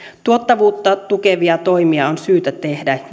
tuottavuutta tukevia toimia on syytä tehdä